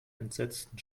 entsetzten